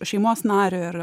šeimos nariui ar